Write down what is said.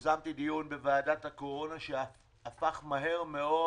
יזמתי דיון בוועדת הקורונה שהפך מהר מאוד